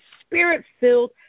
spirit-filled